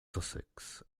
sussex